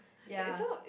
ya